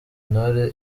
intore